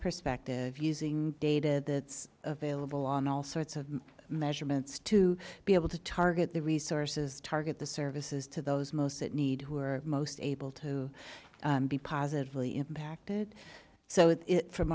perspective using data that's available on all sorts of measurements to be able to target the resources target the services to those most at need who are most able to be positively impacted so